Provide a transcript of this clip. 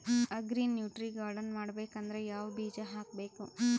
Agri nutri garden ಮಾಡಬೇಕಂದ್ರ ಯಾವ ಬೀಜ ಹಾಕಬೇಕು?